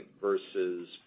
versus